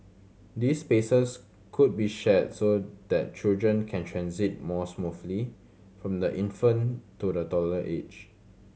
these spaces could be shared so that children can transit more smoothly from the infant to the toddler age